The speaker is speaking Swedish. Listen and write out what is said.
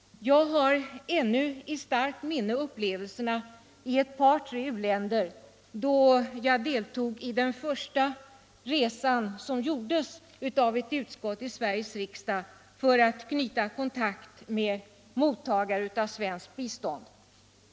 Jag har ännu i starkt minne upplevelserna i ett par tre u-länder då jag deltog i den första resa som gjordes av ett utskott i Sveriges riksdag för att knyta kontakt med mottagare av svenskt bistånd.